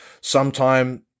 sometime